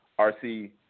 RC